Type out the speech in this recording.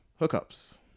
Hookups